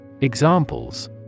Examples